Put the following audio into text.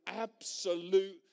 absolute